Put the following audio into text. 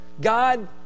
God